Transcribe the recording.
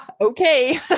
Okay